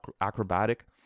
acrobatic